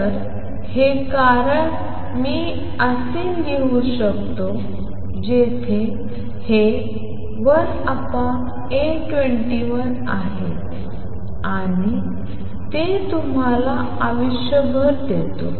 तर हे कारण मी e tτ असे लिहू शकतो जेथे हे 1 A21 आहे आणि ते तुम्हाला आयुष्यभर देते